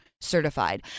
Certified